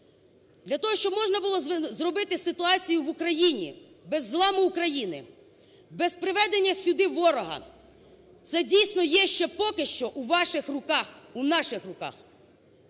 Для того, щоб можна було зробити ситуацію в Україні, без зламу України, без приведення сюди ворога. Це дійсно є поки ще поки що у ваших руках, у наших руках